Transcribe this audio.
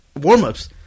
warm-ups